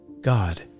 God